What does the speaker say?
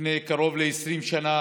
לפני קרוב ל-20 שנה,